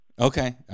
Okay